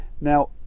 Now